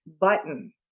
button